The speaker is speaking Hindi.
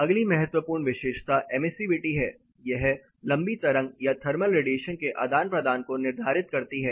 अगली महत्वपूर्ण विशेषता एमिसीवीटी है यह लंबी तरंग या थर्मल रेडिएशन के आदान प्रदान को निर्धारित करती है